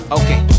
okay